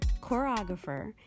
choreographer